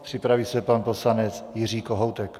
Připraví se pan poslanec Jiří Kohoutek.